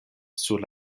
sur